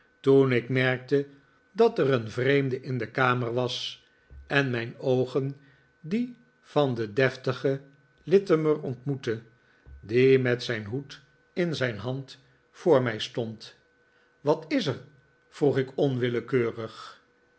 toen ik merkte dat er een vreemde in de kamer was en mijn oogen die van den deftigen littimer ontmoetten die met zijn hoed in zijn hand voor mij stond wat is er vroeg ik